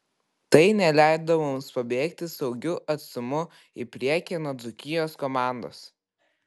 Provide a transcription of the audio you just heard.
tai neleido mums pabėgti saugiu atstumu į priekį nuo dzūkijos komandos